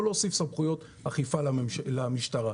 לא להוסיף סמכויות אכיפה למשטרה.